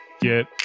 get